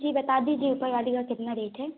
जी बता दीजिए ऊपर वाली का कितना रेट है